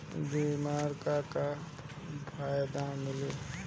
बीमा से का का फायदा मिली?